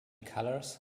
colors